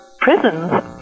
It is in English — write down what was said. prisons